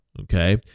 okay